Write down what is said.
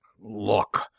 Look